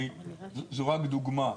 זו רק דוגמה,